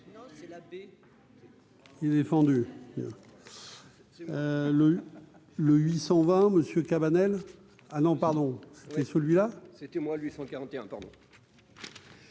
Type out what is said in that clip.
Il a défendu le le 820 monsieur Cabanel, ah non pardon c'était celui-là. C'était moi 841 pardon.